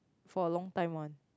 for a long time one